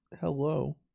hello